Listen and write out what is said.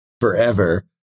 forever